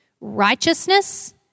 righteousness